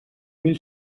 mil